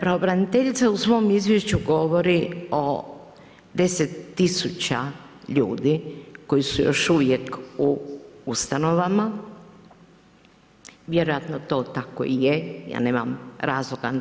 Pravobraniteljica je u svom izvješću govori o 10.000 ljudi koji su još uvijek u ustanovama, vjerojatno to tako i je, ja nemam razloga